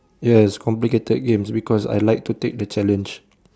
yes complicated games because I like to take the challenge